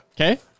Okay